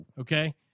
okay